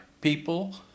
people